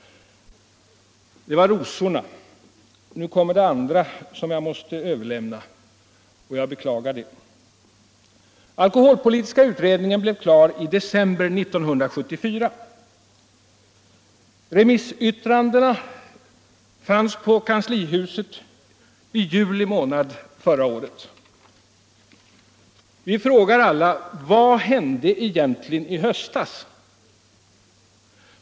Det var rosorna. Nu kommer det andra som jag måste överlämna, och jag beklagar det. Alkoholpolitiska utredningen blev klar i december 1974. Remissyttrandena fanns på kanslihuset i juli månad förra året. Vi frågar: Vad hände egentligen i höstas?